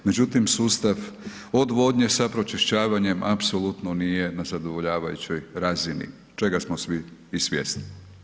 Međutim, sustav odvodnje sa pročišćavanjem apsolutno nije na zadovoljavajućoj razini čega smo svi i svjesni.